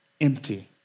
empty